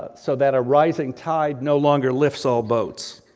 ah so that a rising tide no longer lifts all boats.